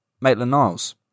Maitland-Niles